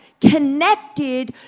connected